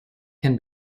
can